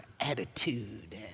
attitude